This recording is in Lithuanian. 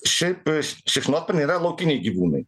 šiaip šikšnosparniai yra laukiniai gyvūnai